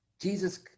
Jesus